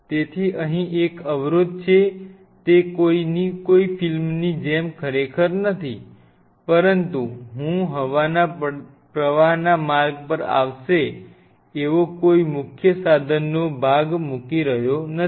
તેથી અહીં એક અવરોધ છે તે કે કોઈ ફિલ્મની જેમ ખરેખર નથી પરંતુ હું હવાના પ્રવાહના માર્ગ પર આવશે એવો કોઈ મુખ્ય સાધનનો ભાગ મૂકી રહ્યો નથી